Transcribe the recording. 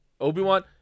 Obi-Wan